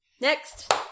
Next